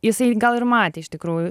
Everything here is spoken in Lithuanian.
jisai gal ir matė iš tikrųjų